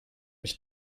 mich